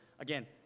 again